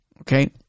Okay